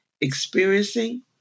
experiencing